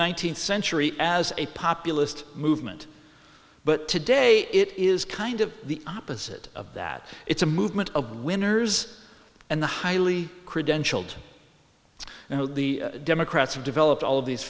hundred centuries as a populist movement but today it is kind of the opposite of that it's a movement of winners and the highly credentialed and the democrats have developed all of these